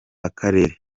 akarere